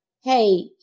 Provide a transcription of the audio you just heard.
hey